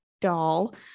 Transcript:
doll